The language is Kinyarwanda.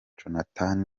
jonathan